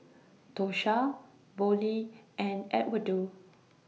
Tosha Vollie and Edwardo